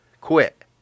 Quit